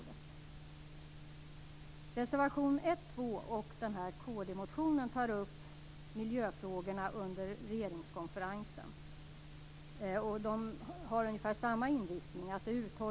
I reservationerna 1 och 2 och i kristdemokraternas motion tar man upp miljöfrågorna i regeringskonferensen. Det är ungefär samma inriktning i reservationerna och motionen.